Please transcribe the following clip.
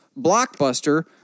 Blockbuster